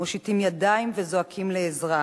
מושיטים ידיים וזועקים לעזרה,